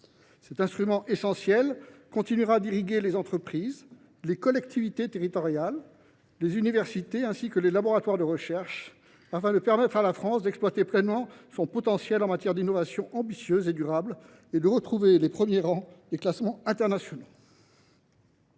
Cet instrument essentiel continuera d’irriguer les entreprises, les collectivités territoriales, les universités, ainsi que les laboratoires de recherche, afin de permettre à la France d’exploiter pleinement son potentiel en matière d’innovation ambitieuse et durable et de retrouver les premiers rangs des classements internationaux.